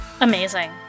amazing